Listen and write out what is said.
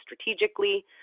strategically